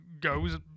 goes